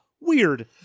weird